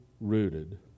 rooted